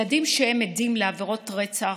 ילדים שהם עדים לעבירות רצח,